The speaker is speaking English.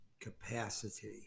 capacity